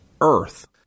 Earth